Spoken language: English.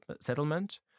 settlement